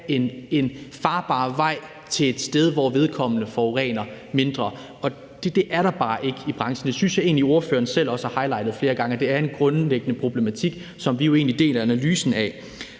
en farbar vej til et sted, hvor vedkommende forurener mindre, og det er der bare ikke i branchen. Det synes jeg egentlig ordføreren selv også har highlightet flere gange, og det er en grundlæggende problematik, som vi jo egentlig deler analysen af.